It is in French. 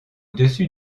dessus